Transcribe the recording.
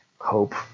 hope